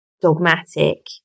dogmatic